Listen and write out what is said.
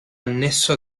annesso